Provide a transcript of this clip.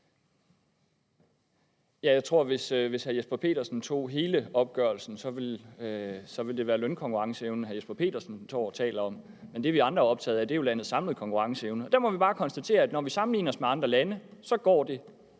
Jeg tror, at hvis vi tog hele opgørelsen, ville det vise sig at være lønkonkurrenceevnen, hr. Jesper Petersen står og taler om, men det, vi andre er optaget af, er landets samlede konkurrenceevne. Der må vi bare konstatere, at når vi sammenligner os med andre lande, går det